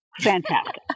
Fantastic